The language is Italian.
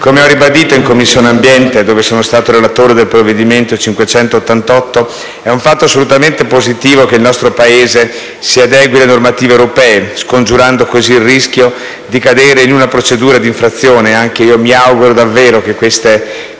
Come ho ribadito in Commissione ambiente, dove sono stato relatore del disegno di legge n. 588, è un fatto assolutamente positivo che il nostro Paese si adegui alle normative europee, scongiurando così il rischio di cadere in una procedura d'infrazione. Anch'io mi auguro davvero che sempre